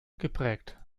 geprägt